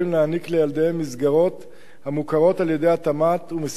לילדיהם מסגרות המוכרות על-ידי התמ"ת ומסובסדות,